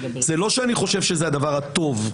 זה לא שאני חושב שזה הדבר הטוב,